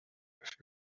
fut